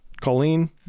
Colleen